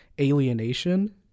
alienation